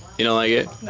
you know like it?